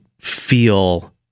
feel